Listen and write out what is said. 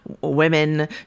women